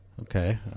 Okay